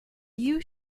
you